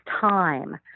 time